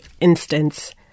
instance